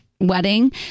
wedding